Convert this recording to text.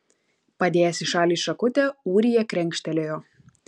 padėjęs į šalį šakutę ūrija krenkštelėjo